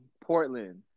Portland